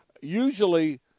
Usually